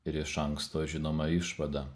ir iš anksto žinoma išvada